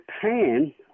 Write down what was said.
Japan